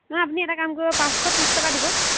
নাই আপুনি এটা কাম কৰিব পাঁচশ ত্ৰিছ টকা দিব